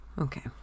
Okay